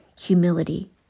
humility